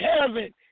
heaven